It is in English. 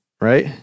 right